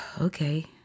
okay